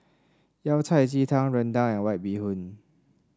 Yao Cai Ji Tang rendang and White Bee Hoon